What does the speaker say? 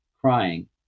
crying